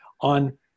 on